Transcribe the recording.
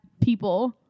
people